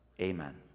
Amen